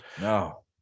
no